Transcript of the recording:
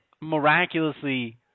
miraculously